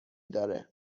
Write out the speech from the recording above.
داره